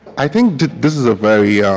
i think this is a very